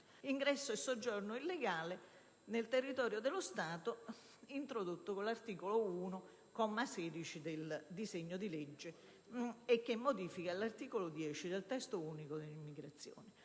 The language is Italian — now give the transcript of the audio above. ingresso e soggiorno illegale nel territorio dello Stato introdotto con l'articolo 1, comma 16, del disegno di legge che modifica l'articolo 10 del Testo unico dell'immigrazione.